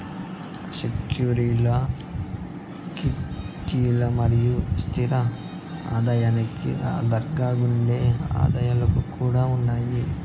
సెక్యూరీల్ల క్విటీలు మరియు స్తిర ఆదాయానికి దగ్గరగుండే ఆదాయాలు కూడా ఉండాయి